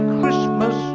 Christmas